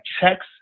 checks